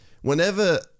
whenever